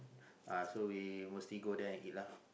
uh so we mostly go there and eat lah